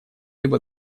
либо